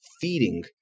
feeding